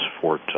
Fort